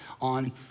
on